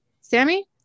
Sammy